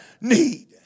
need